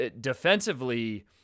defensively